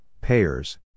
payers